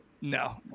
No